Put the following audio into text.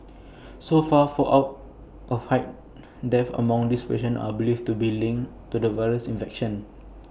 so far four out of eight deaths among these patients are believed to be linked to the virus infection